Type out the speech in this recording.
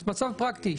מצב פרקטי.